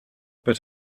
but